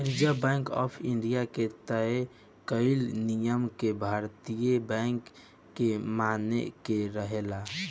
reserve Bank of India के तय कईल नियम के भारतीय बैंक के माने के रहेला